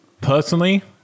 personally